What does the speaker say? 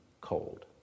cold